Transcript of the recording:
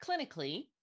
clinically